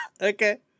Okay